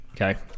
okay